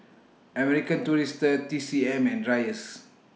American Tourister T C M and Dreyers